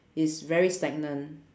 it's very stagnant